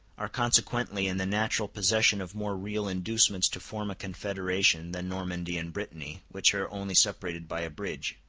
are consequently in the natural possession of more real inducements to form a confederation than normandy and brittany, which are only separated by a bridge.